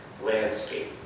landscape